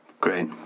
Great